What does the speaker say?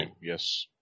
Yes